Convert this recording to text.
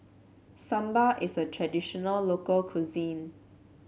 Sambar is a traditional local cuisine